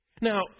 Now